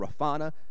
Rafana